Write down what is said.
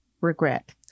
regret